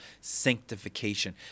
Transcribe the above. sanctification